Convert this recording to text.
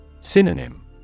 Synonym